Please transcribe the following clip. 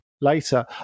later